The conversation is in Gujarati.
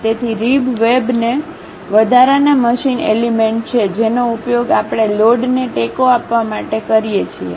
તેથી રીબ વેબ એ વધારાના મશીન એલિમેન્ટ છે જેનો ઉપયોગ આપણે લોડને ટેકો આપવા માટે કરીએ છીએ